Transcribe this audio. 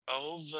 Over